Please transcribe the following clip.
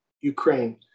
Ukraine